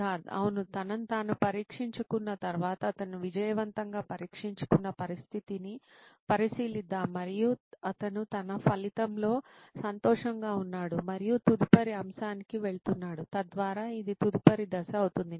సిద్ధార్థ్ అతను తనను తాను పరీక్షించుకున్న తరువాత అతను విజయవంతంగా పరీక్షించుకున్న పరిస్థితిని పరిశీలిద్దాం మరియు అతను తన ఫలితంతో సంతోషంగా ఉన్నాడు మరియు తదుపరి అంశానికి వెళ్తున్నాడు తద్వారా ఇది తదుపరి దశ అవుతుంది